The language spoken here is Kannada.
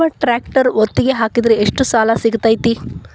ನಮ್ಮ ಟ್ರ್ಯಾಕ್ಟರ್ ಒತ್ತಿಗೆ ಹಾಕಿದ್ರ ಎಷ್ಟ ಸಾಲ ಸಿಗತೈತ್ರಿ?